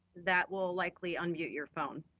that will likely unmute your phone,